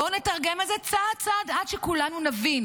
בואו נתרגם את זה צעד-צעד עד שכולנו נבין